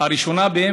הראשונה בהן,